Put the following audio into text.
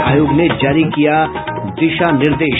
आयोग ने जारी किया दिशा निर्देश